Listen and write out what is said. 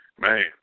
Man